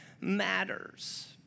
Matters